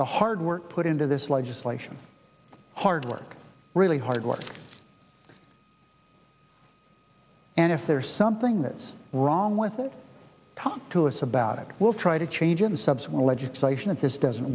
the hard work put into this legislation hard work really hard work and if there's something that's wrong with it talk to us about it we'll try to change in subsequent legislation and his doesn't